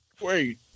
Wait